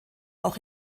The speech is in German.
auch